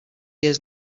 years